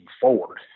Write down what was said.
forward